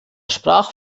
sprach